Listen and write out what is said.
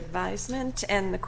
advisement and the